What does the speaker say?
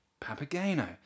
Papageno